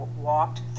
walked